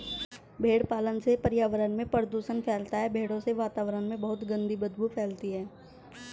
भेड़ पालन से पर्यावरण में प्रदूषण फैलता है भेड़ों से वातावरण में बहुत गंदी बदबू फैलती है